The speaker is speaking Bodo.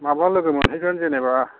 माब्ला लोगो मोनहैगोन जेनेबा